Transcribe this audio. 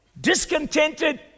discontented